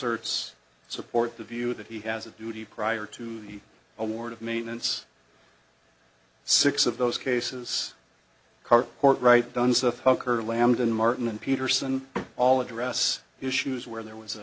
erts support the view that he has a duty prior to the award of maintenance six of those cases cart court write downs of hooker lambden martin and peterson all address issues where there was a